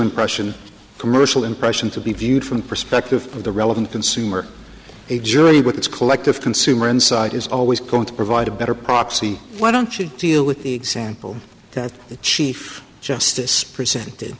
impression commercial impression to be viewed from the perspective of the relevant consumer a jury with its collective consumer insight is always going to provide a better proxy why don't you deal with the example that the chief justice presented